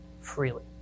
freely